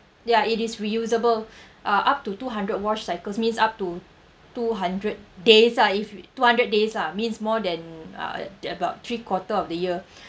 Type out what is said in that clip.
ya it is reusable uh up to two hundred wash cycles means up to two hundred days ah if you two hundred days lah means more than uh about three quarter of the year